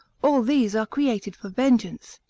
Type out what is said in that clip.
all these are created for vengeance,